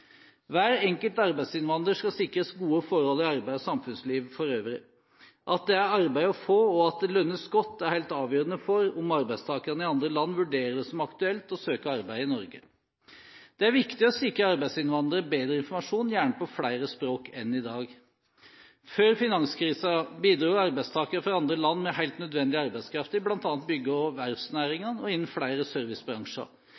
Hver enkelt arbeidsinnvandrer skal sikres gode forhold i arbeid og samfunnsliv for øvrig. At det er arbeid å få, og at det lønnes godt, er helt avgjørende for om arbeidstakere i andre land vurderer det som aktuelt å søke arbeid i Norge. Det er viktig å sikre arbeidsinnvandrere bedre informasjon, gjerne på flere språk, enn i dag. Før finanskrisen bidro arbeidstakere fra andre land med helt nødvendig arbeidskraft i bl.a. bygge- og